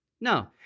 No